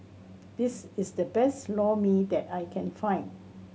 this is the best Lor Mee that I can find